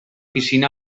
piscina